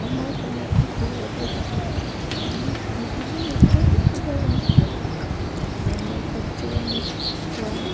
আমাৰ কাৰণে এইটো গৌৰৱৰ কথা বিহু বিহু নৃত্য বহুত ধৰণৰ থাকিব পাৰে যেনে সত্ৰীয়া নৃত্য